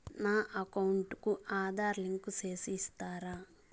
నా అకౌంట్ కు ఆధార్ లింకు సేసి ఇస్తారా?